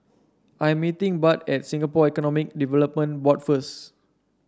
I'm meeting Bud at Singapore Economic Development Board first